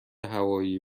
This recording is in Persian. هوایی